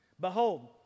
Behold